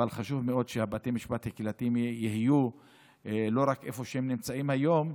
אבל חשוב מאוד שבתי המשפט הקהילתיים יהיו לא רק איפה שהם נמצאים היום,